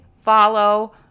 follow